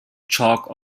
chalk